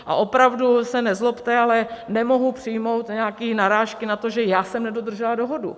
A opravdu se nezlobte, ale nemohu přijmout nějaké narážky na to, že já jsem nedodržela dohodu.